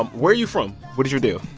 um where are you from? what is your deal?